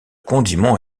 condiment